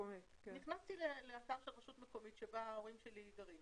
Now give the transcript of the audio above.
נכנסתי לאתר של רשות מקומית בה ההורים שלי גרים